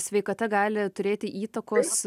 sveikata gali turėti įtakos